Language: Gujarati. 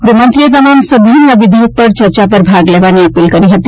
ગ્રહમંત્રીએ તમામ સભ્યોને આ વિધેયક પર ચર્ચા પર ભાગ લેવાની અપીલ કરી હતી